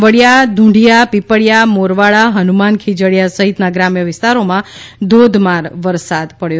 વડીયા ધૂંઢીયા પીપળીયા મોરવાડા હનુમાન ખીજડીયા સહિતના ગ્રામ્ય વિસ્તારોમાં ધોધમાર વરસાદ વરસ્યો હતો